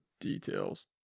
details